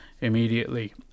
immediately